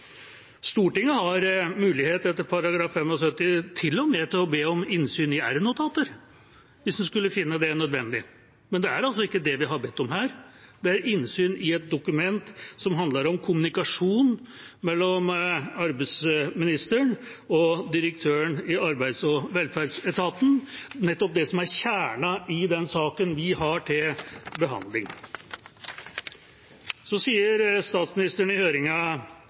Stortinget har etter § 75 til og med mulighet til å be om innsyn i r-notater hvis en skulle finne det nødvendig. Men det er altså ikke det vi har bedt om her. Det er innsyn i et dokument som handler om kommunikasjon mellom arbeidsministeren og direktøren i arbeids- og velferdsetaten, nettopp det som er kjernen i den saken vi har til behandling. Så sier statsministeren i